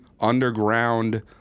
underground